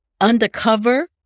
undercover